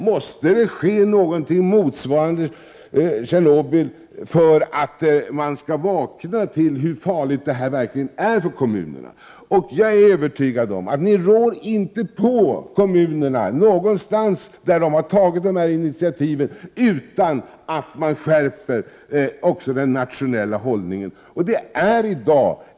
Måste det ske något som motsvarar Tjernobyl för att man skall vakna och inse hur farligt detta är för kommunerna? Jag är övertygad om att man inte rår på "kommunerna någonstans där de har tagit dessa initiativ utan att också den nationella hållningen skärps.